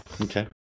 Okay